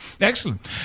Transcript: Excellent